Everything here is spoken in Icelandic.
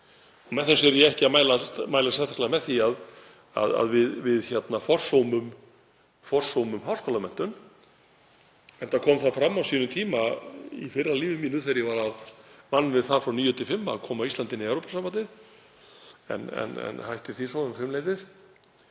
Með þessu er ég ekki að mæla sérstaklega með því að við forsómum háskólamenntun, enda kom það fram á sínum tíma í fyrra lífi mínu þegar ég vann við það frá kl. 9–5 að koma Íslandi inn í Evrópusambandið en hætti því svo um fimmleytið,